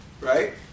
right